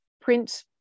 print